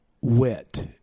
wet